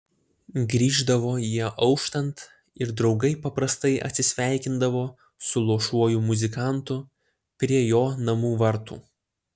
grįždavo jie auštant ir draugai paprastai atsisveikindavo su luošuoju muzikantu prie jo namų vartų